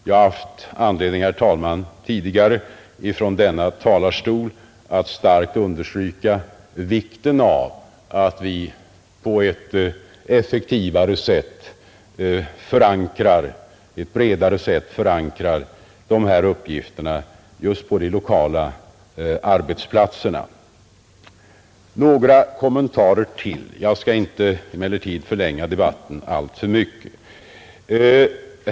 Jag har haft anledning, herr talman, att tidigare från denna talarstol starkt understryka vikten av att vi på ett bredare sätt förankrar dessa uppgifter just på de lokala arbetsplatserna. Några kommentarer till; jag skall emellertid inte förlänga debatten alltför mycket.